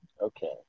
Okay